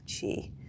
Chi